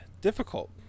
difficult